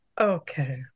Okay